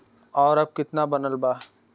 और अब कितना बनल बा?